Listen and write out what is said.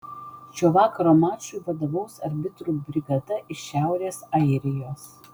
šio vakaro mačui vadovaus arbitrų brigada iš šiaurės airijos